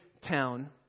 town